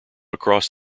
across